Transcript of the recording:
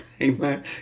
Amen